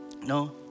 No